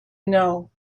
know